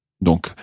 Donc